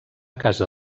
casa